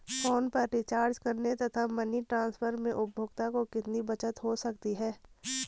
Phone पर recharge करने तथा मनी ट्रांसफर में उपभोक्ता को कितनी बचत हो सकती है?